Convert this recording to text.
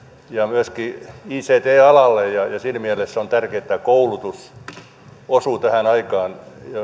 myöskin ict alalle siinä mielessä on tärkeää että tämä koulutus osuu tähän aikaan